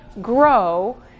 grow